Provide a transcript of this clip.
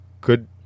Good